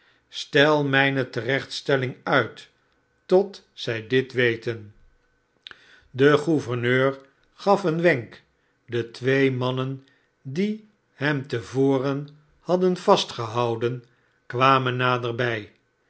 stel mijne terechtstelling uit tot zij dit weten de gouverneur gaf een wenk de twee mannen die hem te voren hadden vastgehouden kwamen naderbij